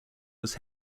was